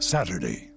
Saturday